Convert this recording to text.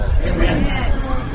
Amen